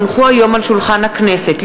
כי הונחה היום על שולחן הכנסת,